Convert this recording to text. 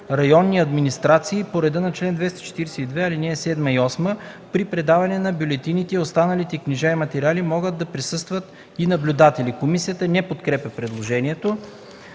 районни администрации по реда на чл. 242, ал. 7 и 8. При предаването на бюлетините и останалите книжа и материали могат да присъстват и наблюдатели.” Комисията не подкрепя предложението.